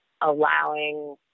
allowing